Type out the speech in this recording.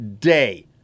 day